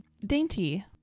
Dainty